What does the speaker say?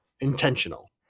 intentional